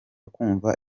kumva